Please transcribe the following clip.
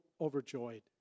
overjoyed